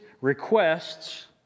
requests